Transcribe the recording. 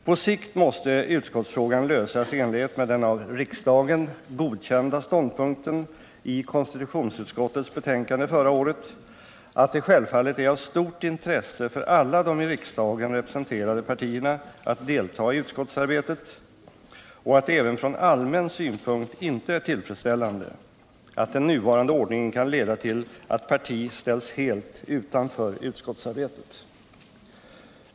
På sikt måste utskottsfrågan lösas i enlighet med den av riksdagen godkända ståndpunkten som framfördes i konstitutionsutskottets betänkande förra året, nämligen att det självfallet är av stort intresse för alla de i riksdagen representerade partierna att delta i utskottsarbetet och att det även från allmän synpunkt är otillfredsställande att den nuvarande ordningen kan leda till att ett parti ställs helt utanför utskottsarbetet.